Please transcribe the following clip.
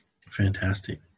Fantastic